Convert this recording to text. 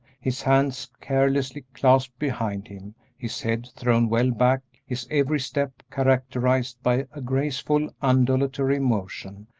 his hands carelessly clasped behind him, his head thrown well back, his every step characterized by a graceful, undulatory motion,